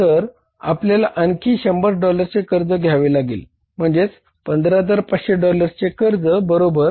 तर आपल्याला आणखी 100 डॉलर्सचे कर्ज घ्यावे लागेल म्हणजे 15500 डॉलर्सचे कर्ज बरोबर